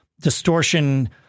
distortion